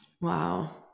Wow